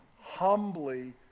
humbly